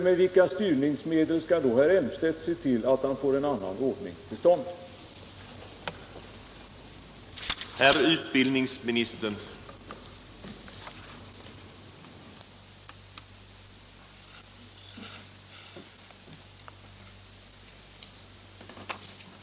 Med vilka styrmedel skall då aerr Elmstedt se till att man får till stånd en annan ordning som skvddar de små orterna?